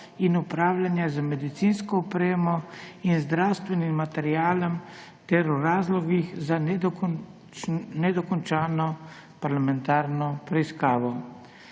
in upravljanja z medicinsko opremo in zdravstvenim materialom ter o razlogih za nedokončano parlamentarno preiskavo.